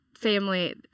family